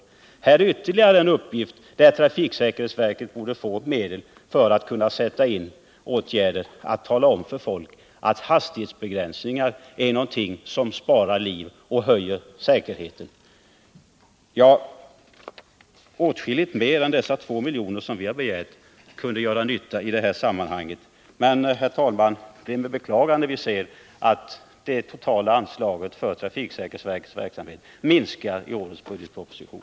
Det här är ytterligare ett exempel på en information som trafiksäkerhetsverket borde få medel till. Man skulle alltså kunna tala om för folk att hastighetsbegränsningar är någonting som spar liv och som ökar trafiksäkerheten. Herr talman! Åtskilligt mer än de 2 miljoner som vi har begärt kunde göra nytta i sådana här sammanhang, och det är med beklagande vi ser att det totala anslaget för trafiksäkerhetsverkets informationsverksamhet minskar i årets budgetproposition.